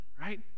right